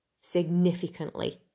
significantly